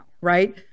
right